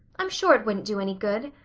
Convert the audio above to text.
i'm sure it wouldn't do any good.